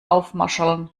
aufmascherln